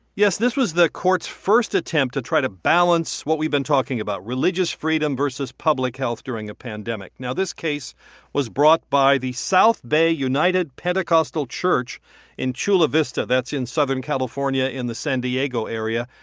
yes, this was the court's first attempt to try to balance what we've been talking about religious freedom versus public health during a pandemic. now, this case was brought by the south bay united pentecostal church in chula vista. that's in southern california in the san diego area.